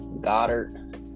Goddard